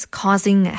causing